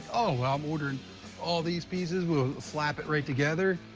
oh, ah i'm ordering all these pieces, we'll slap it right together.